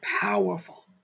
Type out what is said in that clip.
powerful